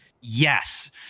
Yes